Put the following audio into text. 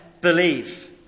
believe